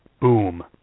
boom